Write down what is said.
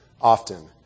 often